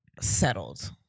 settled